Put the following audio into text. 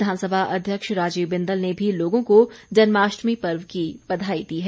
विधानसभा अध्यक्ष राजीव बिंदल ने भी लोगों को जन्माष्टमी पर्व की बधाई दी है